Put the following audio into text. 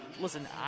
listen